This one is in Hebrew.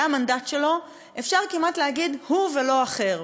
זה המנדט שלו, אפשר כמעט להגיד: הוא ולא אחר,